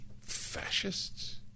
fascists